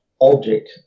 object